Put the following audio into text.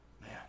Man